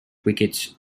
wickets